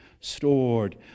stored